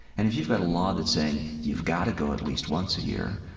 and if you've got a law that's saying you've got to go at least once a year,